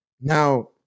Now